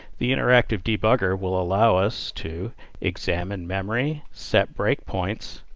the interactive debugger will allow us to examine memory, set break points,